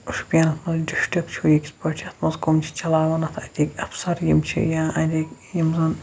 شُپینس منٛز ڈِسٹرک چھُ یہِ کِتھ پٲٹھۍ چھُ اَتھ کم چھِ چلاوان اَتِکۍ اَفسر یِم چھِ یا اَتِکۍ یِم زَن